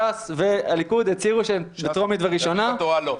ש"ס והליכוד הצהירו שבטרומית ובראשונה --- יהדות התורה לא.